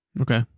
Okay